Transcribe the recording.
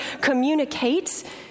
communicate